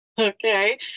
Okay